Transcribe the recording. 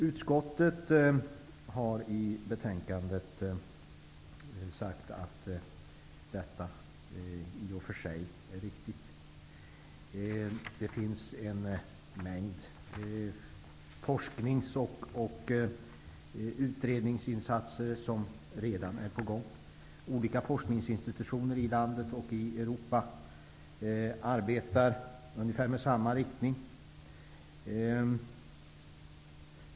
Utskottet säger i betänkandet att detta i och för sig är riktigt. En mängd forsknings och utredningsinsatser är redan på gång. Olika forskningsinstitutioner i landet och i Europa arbetar i ungefär samma riktning.